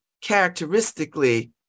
characteristically